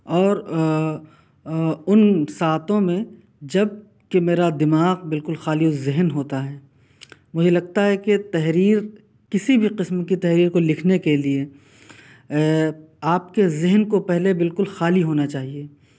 اور ان ساعتوں میں جب کہ میرا دماغ بالکل خالی الذہن ہوتا ہے مجھے لگتا ہے کہ تحریر کسی بھی قسم کی تحریر کو لکھنے کے لیے آپ کے ذہن کو پہلے بالکل خالی ہونا چاہیے